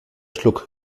schluck